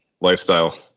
lifestyle